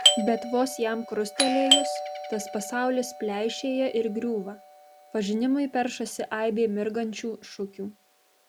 bet vos jam krustelėjus tas pasaulis pleišėja ir griūva pažinimui peršasi aibė mirgančių šukių